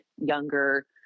younger